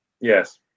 Yes